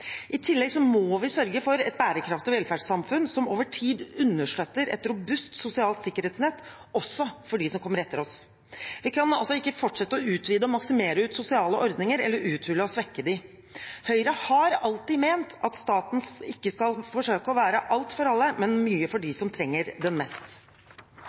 I tillegg må vi sørge for et bærekraftig velferdssamfunn som over tid understøtter et robust sosialt sikkerhetsnett også for dem som kommer etter oss. Vi kan altså ikke fortsette å utvide og maksimere sosiale ordninger, eller uthule og svekke dem. Høyre har alltid ment at staten ikke skal forsøke å være alt for alle, men mye for dem som trenger den mest.